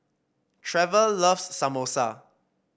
Trever loves Samosa